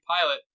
pilot